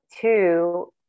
Two